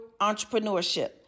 entrepreneurship